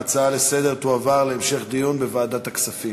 ההצעה לסדר-היום תועבר להמשך דיון בוועדת הכספים.